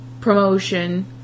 promotion